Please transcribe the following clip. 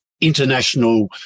international